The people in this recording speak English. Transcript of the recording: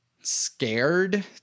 scared